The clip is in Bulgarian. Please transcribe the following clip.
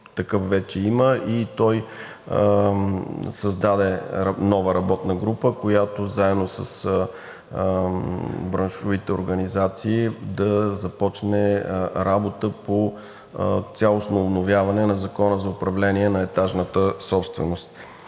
Такъв вече има и той създаде нова работна група, която заедно с браншовите организации да започне работа по цялостно обновяване на Закона за управление на етажната собственост.